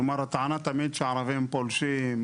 הטענה תמיד שהערבים פולשים,